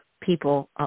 People